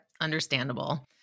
understandable